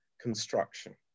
construction